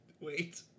wait